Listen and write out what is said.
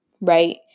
right